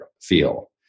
feel